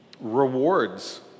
Rewards